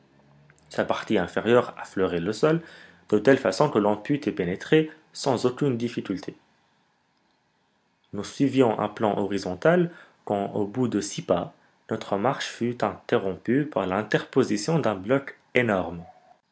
sa partie inférieure affleurait le sol de telle façon que l'on put y pénétrer sans aucune difficulté nous suivions un plan presque horizontal quand au bout de six pas notre marche fut interrompue par l'interposition d'un bloc énorme